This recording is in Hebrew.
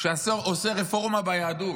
שעושה רפורמה ביהדות,